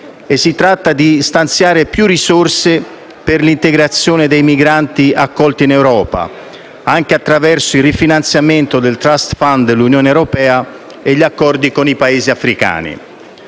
Si tratta di stanziare più risorse per l'integrazione dei migranti accolti in Europa, anche attraverso il rifinanziamento del *trust fund* dell'Unione europea e gli accordi con i Paesi africani.